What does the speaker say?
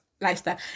lifestyle